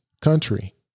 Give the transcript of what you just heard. country